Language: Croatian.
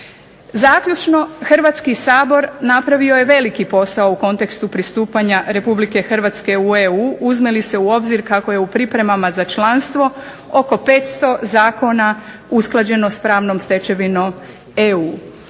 Zaključno, Hrvatski sabor napravio je veliki posao u kontekstu pristupanja Republike Hrvatske u EU, uzme li se u obzir kako je u pripremama za članstvo oko 500 zakona usklađeno s pravnom stečevinom EU.